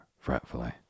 fretfully